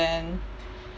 then